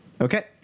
Okay